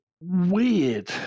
Weird